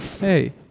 hey